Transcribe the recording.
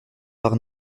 par